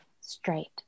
straight